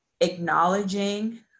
acknowledging